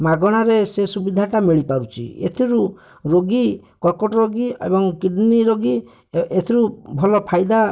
ମାଗଣାରେ ସେ ସୁବିଧାଟା ମିଳିପାରୁଛି ଏଥିରୁ ରୋଗୀ କର୍କଟ ରୋଗୀ ଏବଂ କିଡ଼ନୀ ରୋଗୀ ଏଥିରୁ ଭଲ ଫାଇଦା